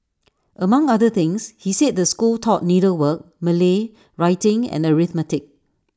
among other things he said the school taught needlework Malay writing and arithmetic